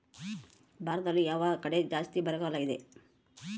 ಭಾರತದಲ್ಲಿ ಯಾವ ಕಡೆ ಜಾಸ್ತಿ ಬರಗಾಲ ಇದೆ?